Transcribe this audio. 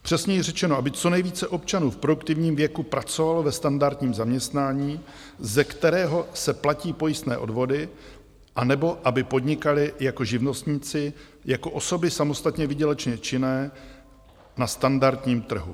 Přesněji řečeno, aby co nejvíce občanů v produktivním věku pracovalo ve standardním zaměstnání, ze kterého se platí pojistné odvody, anebo aby podnikali jako živnostníci, jako osoby samostatně výdělečně činné na standardním trhu.